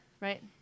Right